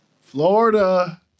Florida